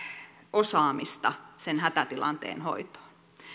osaamista sen hätätilanteen hoitoon